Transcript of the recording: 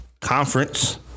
conference